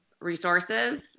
resources